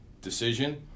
decision